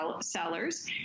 sellers